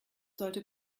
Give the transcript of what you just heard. sollte